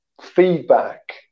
feedback